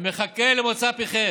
ומחכה למוצא פיכם,